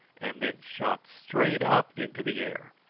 and then shot straight up into the air.